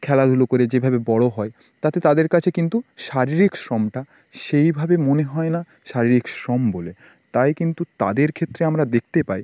খেলাধুলো করে যেভাবে বড়ো হয় তাতে তাদের কাছে কিন্তু শারীরিক শ্রমটা সেইভাবে মনে হয় না শারীরিক শ্রম বলে তাই কিন্তু তাদের ক্ষেত্রে আমরা দেখতে পাই